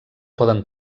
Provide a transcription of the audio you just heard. poden